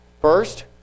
First